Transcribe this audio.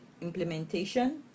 implementation